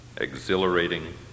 exhilarating